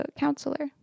counselor